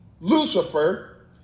Lucifer